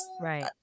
right